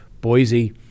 Boise